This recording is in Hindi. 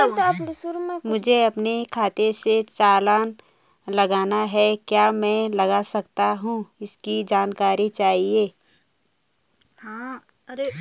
मुझे अपने खाते से चालान लगाना है क्या मैं लगा सकता हूँ इसकी जानकारी चाहिए?